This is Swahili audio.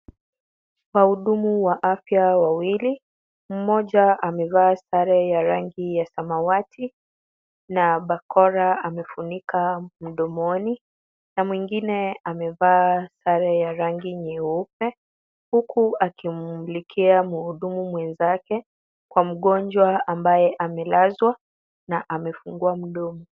Wahudumu wa afya wawili. Mmoja amevaa sare ya rangi ya samawati na barakoa amefunika mdomoni na mwingine amevaa sare ya rangi nyeupe, huku akimumulikia mhudumu mwenzake, kwa mgonjwa ambaye amelazwa na amefungua mdomo.